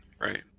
right